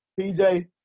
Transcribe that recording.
PJ